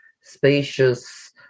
spacious